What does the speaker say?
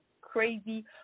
crazy